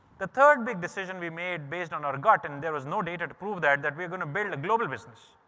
the third big decision we made based on our gut and there was no data to prove that that we're going to build a global business.